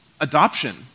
adoption